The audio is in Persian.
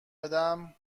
بدم